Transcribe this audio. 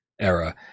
era